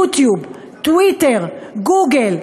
יוטיוב, טוויטר, גוגל,